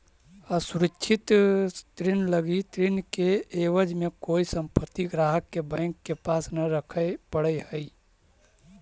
असुरक्षित ऋण लगी ऋण के एवज में कोई संपत्ति ग्राहक के बैंक के पास न रखे पड़ऽ हइ